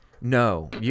No